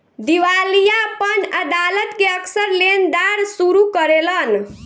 दिवालियापन अदालत के अक्सर लेनदार शुरू करेलन